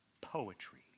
poetry